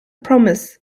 promise